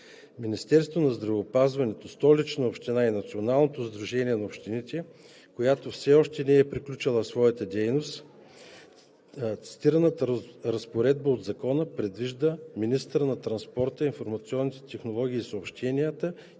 Министерството на здравеопазването, Столична община и Националното сдружение на общините, която все още не е приключила своята дейност. Цитираната разпоредба от Закона предвижда министърът на транспорта, информационните технологии и съобщенията